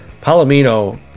Palomino